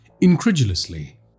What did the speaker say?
incredulously